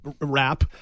wrap